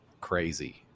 crazy